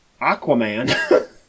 Aquaman